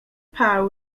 power